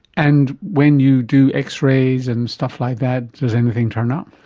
and when you do x-rays and stuff like that, does anything turn up?